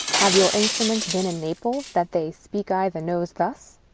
have your instruments been in naples, that they speak i' the nose thus?